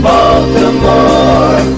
Baltimore